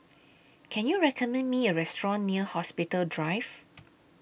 Can YOU recommend Me A Restaurant near Hospital Drive